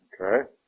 Okay